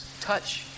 touch